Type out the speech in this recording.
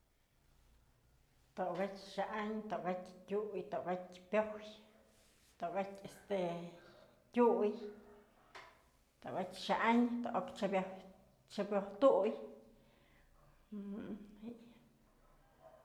Tokatyë xa'an, tokatyë tyuyë, tokatyë pyoj, tokatyë este tyuyë, tokatyë xa'an, tokatyë chyabyoj tu'uy.